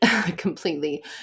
Completely